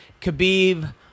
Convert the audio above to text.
Khabib